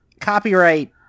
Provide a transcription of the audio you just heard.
Copyright